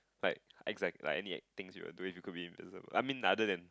like exact like any things you do you could be I mean other than hi~